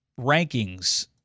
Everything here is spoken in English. rankings